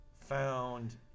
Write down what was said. found